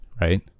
right